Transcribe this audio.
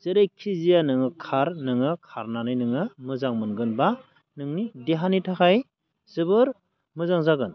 जेरैखि जाया नोङो खार नोङो खारनानै नोङो मोजां मोनगोन बा नोंनि देहानि थाखाय जोबोर मोजां जागोन